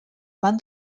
van